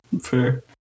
fair